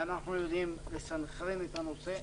ואנחנו יודעים לסנכרן את הנושא.